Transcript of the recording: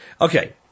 Okay